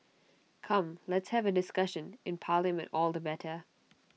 come let's have A discussion in parliament all the better